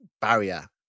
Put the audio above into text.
barrier